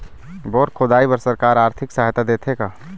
Bore खोदाई बर सरकार आरथिक सहायता देथे का?